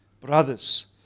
brothers